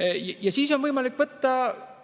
Ja siis on võimalik võtta